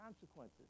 consequences